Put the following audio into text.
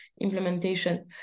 implementation